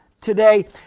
today